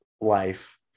life